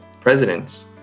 presidents